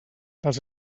dels